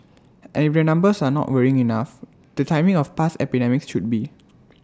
and if the numbers are not worrying enough the timing of past epidemics should be